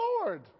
Lord